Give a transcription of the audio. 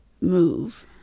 move